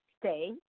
stay